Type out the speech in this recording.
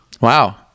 Wow